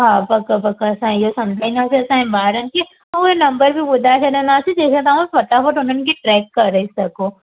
हा पकु पकु असां इयो सम्झाईंदासे असांजे ॿारनि खे हुए नंबर बि ॿुधाए छॾंदासी जेके तव्हां फटाफट हुननि खे ट्रैक करे सघो